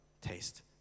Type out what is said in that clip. taste